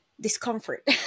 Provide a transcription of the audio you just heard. discomfort